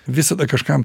visada kažkam